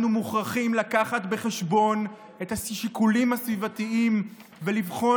אנחנו מוכרחים להביא בחשבון את השיקולים הסביבתיים ולבחון